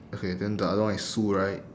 okay then the other one is sue right